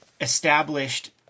established